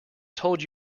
told